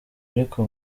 ariko